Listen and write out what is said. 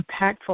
impactful